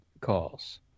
calls